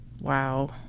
Wow